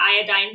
iodine